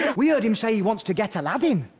we heard him say he wants to get aladdin.